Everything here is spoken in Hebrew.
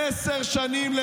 עשר שנים,